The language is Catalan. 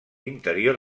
interior